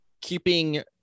keeping